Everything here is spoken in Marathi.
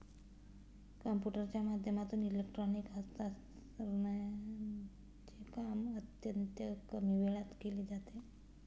कम्प्युटरच्या माध्यमातून इलेक्ट्रॉनिक हस्तांतरणचे काम अत्यंत कमी वेळात केले जाते